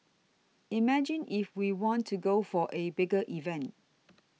imagine if we want to go for a bigger event